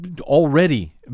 already